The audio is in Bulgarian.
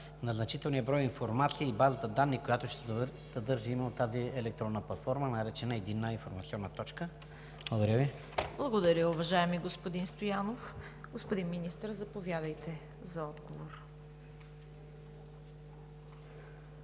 на значителния брой информации и базата данни, която ще съдържа именно тази електронна платформа, наречена Единна информационна точка? Благодаря Ви. ПРЕДСЕДАТЕЛ ЦВЕТА КАРАЯНЧЕВА: Благодаря, уважаеми господин Стоянов. Господин Министър, заповядайте за отговор.